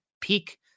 peak